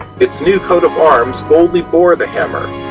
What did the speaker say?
it's new coat of arms boldly bore the hammer,